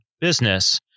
business